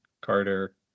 Carter